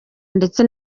ndetse